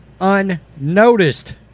unnoticed